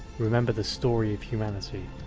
remember the story of humanity.